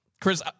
Chris